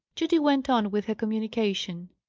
judy went on with her communication.